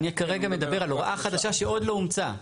אני כרגע מדבר על הוראה חדשה שעוד לא אומצה.